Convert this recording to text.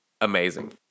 amazing